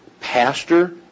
Pastor